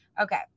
Okay